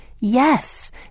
Yes